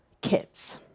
kids